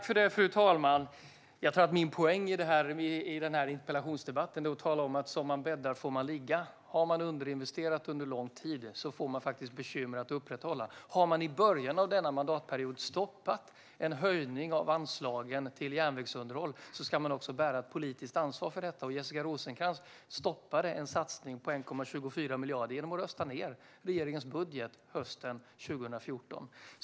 Fru talman! Min poäng i interpellationsdebatten är att tala om att som man bäddar får man ligga. Har man underinvesterat under lång tid får man bekymmer att upprätthålla underhållet. Har man i början av denna mandatperiod stoppat en höjning av anslagen till järnvägsunderhåll ska man också bära ett politiskt ansvar för detta. Jessica Rosencrantz stoppade en satsning på 1,24 miljarder genom att rösta ned regeringens budget hösten 2014.